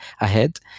ahead